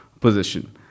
position